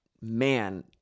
man